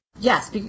Yes